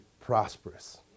prosperous